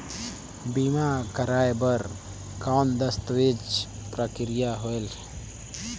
बीमा करवाय बार कौन दस्तावेज प्रक्रिया होएल?